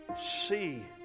see